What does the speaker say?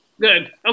Good